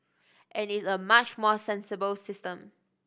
and it's a much more sensible system